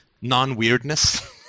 non-weirdness